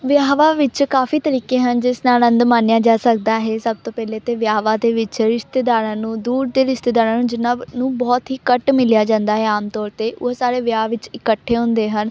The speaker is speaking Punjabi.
ਵਿਆਹਾਂ ਵਿੱਚ ਕਾਫੀ ਤਰੀਕੇ ਹਨ ਜਿਸ ਦਾ ਆਨੰਦ ਮਾਨਿਆ ਜਾ ਸਕਦਾ ਹੈ ਸਭ ਤੋਂ ਪਹਿਲੇ ਤਾਂ ਵਿਆਹਾਂ ਦੇ ਵਿਚ ਰਿਸ਼ਤੇਦਾਰਾਂ ਨੂੰ ਦੂਰ ਦੇ ਰਿਸ਼ਤੇਦਾਰਾਂ ਨੂੰ ਜਿਨ੍ਹਾਂ ਨੂੰ ਬਹੁਤ ਹੀ ਘੱਟ ਮਿਲਿਆ ਜਾਂਦਾ ਹੈ ਆਮ ਤੌਰ 'ਤੇ ਉਹ ਸਾਰੇ ਵਿਆਹ ਵਿੱਚ ਇਕੱਠੇ ਹੁੰਦੇ ਹਨ